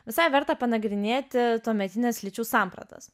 visai verta panagrinėti tuometines lyčių sampratas